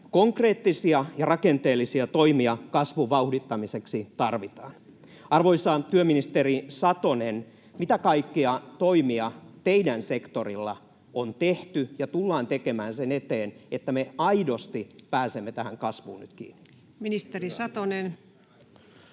Konkreettisia ja rakenteellisia toimia kasvun vauhdittamiseksi tarvitaan. Arvoisa työministeri Satonen, mitä kaikkia toimia teidän sektorillanne on tehty ja tullaan tekemään sen eteen, että me aidosti pääsemme tähän kasvuun nyt kiinni? Ministeri Satonen.